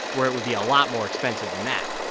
where it would be a lot more expensive than that